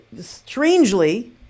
strangely